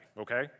Okay